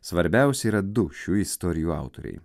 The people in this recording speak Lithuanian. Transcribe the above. svarbiausi yra du šių istorijų autoriai